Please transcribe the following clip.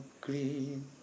green